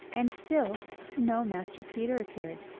and still no master peter appeared,